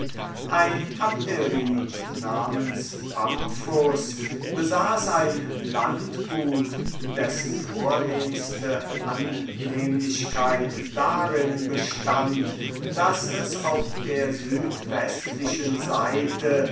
ein abderit namens pamphus besaß ein landgut dessen vornehmste annehmlichkeit darin bestund daß es auf der südwestlichen seite